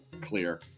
clear